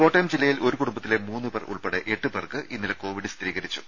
കോട്ടയം ജില്ലയിൽ ഒരു കുടുംബത്തിലെ മൂന്നുപേർ ഉൾപ്പെടെ എട്ടുപേർക്ക് ഇന്നലെ കോവിഡ് സ്ഥിരീകരിച്ചു